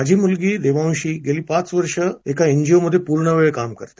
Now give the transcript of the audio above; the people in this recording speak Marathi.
माझी मुलगी देवशी गेली पाच वर्ष एका एनजीओमध्ये पूर्णवेळ काम करते